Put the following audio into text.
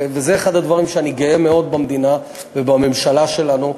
וזה אחד הדברים שאני מאוד גאה בהם במדינה ובממשלה שלנו,